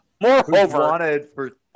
Moreover